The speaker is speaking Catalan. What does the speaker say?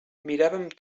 miràvem